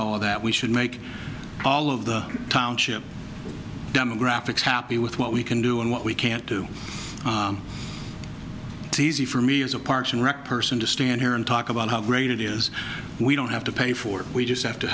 of the we should make all of the township demographics happy with what we can do and what we can't do t c for me is a parks and rec person to stand here and talk about how great it is we don't have to pay for we just have to